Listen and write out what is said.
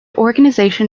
organization